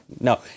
no